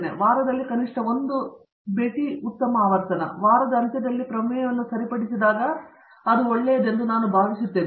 ಆದರೆ ಒಂದು ವಾರದಲ್ಲಿ ಕನಿಷ್ಠ ಒಂದು ಉತ್ತಮ ಆವರ್ತನ ಮತ್ತು ವಾರದ ಅಂತ್ಯದಲ್ಲಿ ಪ್ರಮೇಯವನ್ನು ಸರಿಪಡಿಸಿದಾಗ ನಾನು ಒಳ್ಳೆಯದು ಎಂದು ನಾನು ಭಾವಿಸುತ್ತೇನೆ